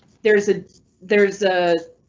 there's a there's a